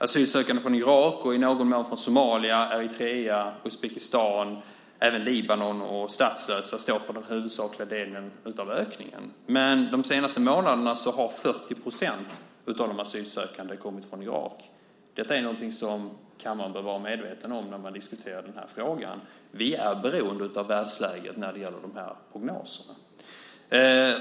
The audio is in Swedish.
Asylsökande från Irak och i någon mån från Somalia, Eritrea, Uzbekistan, Libanon och även statslösa står för den huvudsakliga delen av ökningen. Men under de senaste månaderna har 40 % av de asylsökande kommit från Irak. Detta är någonting som kammaren bör vara medveten om när man diskuterar denna fråga. Vi är beroende av världsläget när det gäller dessa prognoser.